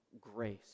grace